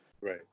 Right